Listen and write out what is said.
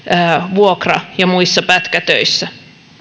vuokra ja muissa pätkätöissä